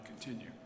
continue